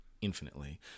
infinitely